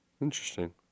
Interesting